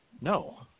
No